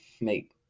make